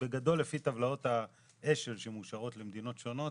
בגדול לפי טבלאות האש"ל שמאושרות למדינות שונות.